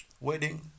wedding